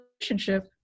relationship